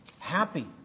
happy